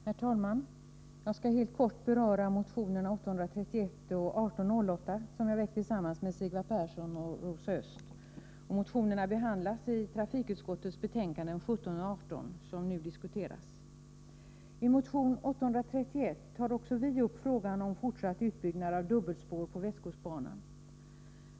Herr talman! Jag skall helt kort beröra motionerna 831 och 1808 som jag väckt tillsammans med Sigvard Persson och Rosa Östh. Motionerna behandlas i trafikutskottets betänkanden 17 och 18, som nu diskuteras. I motion 831 tar också vi upp frågan om fortsatt utbyggnad av dubbelspår på västkustbanan.